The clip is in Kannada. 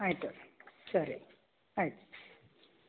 ಆಯಿತು ಸರಿ ಆಯಿತು